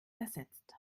ersetzt